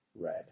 red